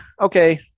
okay